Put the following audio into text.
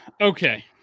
Okay